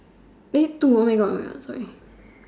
wait two oh my God sorry sorry